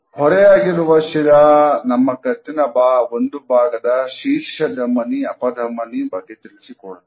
ಹೊರೆಯಾಗಿರುವ ಶಿರಾ ನಮ್ಮ ಕತ್ತಿನ ಒಂದು ಭಾಗದ ಶೀರ್ಷಧಮನಿ ಅಪಧಮನಿ ಬಗ್ಗೆ ತಿಳಿಸಿಕೊಡುತ್ತದೆ